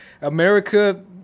America